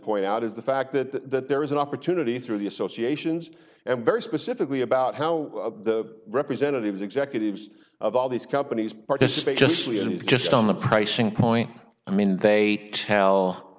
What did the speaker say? point out is the fact that there is an opportunity through the associations and very specifically about how the representatives executives of all these companies participate just we had just on the pricing point i mean they tell